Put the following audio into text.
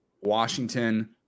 Washington